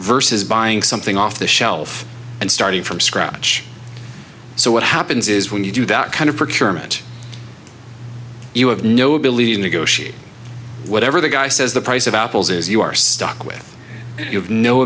versus buying something off the shelf and starting from scratch so what happens is when you do that kind of procurement you have no ability to negotiate whatever the guy says the price of apples is you are stuck with